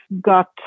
got